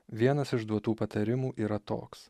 vienas iš duotų patarimų yra toks